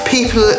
People